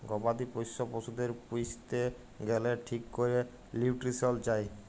গবাদি পশ্য পশুদের পুইসতে গ্যালে ঠিক ক্যরে লিউট্রিশল চায়